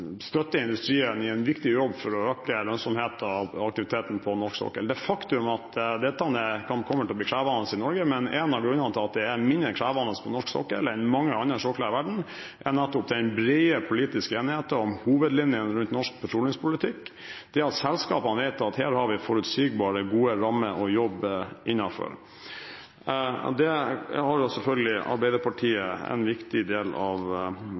støtte industrien i en viktig jobb for å øke lønnsomheten og aktiviteten på norsk sokkel. Det er et faktum at dette kan komme til å bli krevende i Norge, men en av grunnene til at det er mindre krevende på norsk sokkel enn på mange andre sokler i verden, er nettopp den brede politiske enigheten om hovedlinjene rundt norsk petroleumspolitikk, det at selskapene vet at her har vi forutsigbare, gode rammer å jobbe innenfor. Det har jo selvfølgelig Arbeiderpartiet en viktig del av